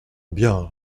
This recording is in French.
bien